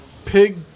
Pig